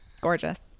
Gorgeous